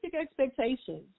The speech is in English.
expectations